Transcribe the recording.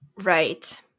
Right